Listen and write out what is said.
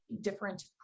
different